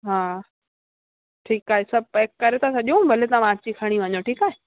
हा ठीकु आहे सभु पैक करे था छॾियूं भले तव्हां अची खणी वञो ठीकु आहे